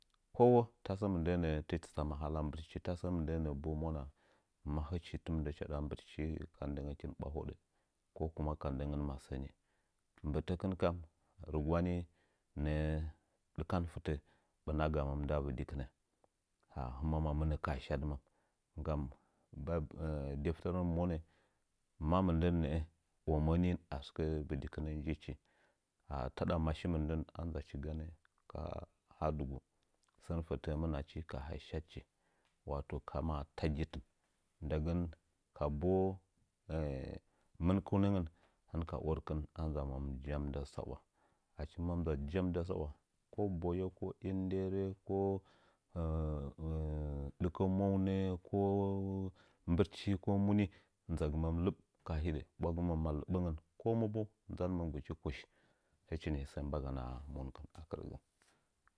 Kowo tasə mmdə nə'ə tɨchi tsama ma hala mbɨtchi tasə mɨndəni'ə bo mwana mahɨchi timin chaɗa mbɨtɨchi ka ndəngəkin ɓwaɗa ko kuma ka ndəngən masəni mbəte təkɨn kam rɨgulani nə'ə dikan fɨtə ɓɨnagaməm nda vidikinə hɨmən mɨnə kaha shadɨmən nggam bib denfɨərən mɨ monə ma mɨndən nə'ə omə ni asɨkə vɨdikɨnə taɗa mashi mɨndən ka ha dɨgu sən fədə mɨnachi kaha shadchi wato ka maa taggitɨn nda gən kambu mɨnkunəngən hɨnka ərkɨn ndəaməm jam nda sa'wa achi himəm mɨ nza jam nda sa'wa ko baye ko inderə ko dikə mounə ko mbətchi ko moni ɓula gɨmən ma lɨɓəməm ko mu bo nzanɨməngɨchi kush hɨchi mi sə mbagana monkɨn